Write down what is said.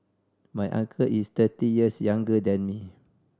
my uncle is thirty years younger than me